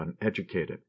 uneducated